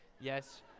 Yes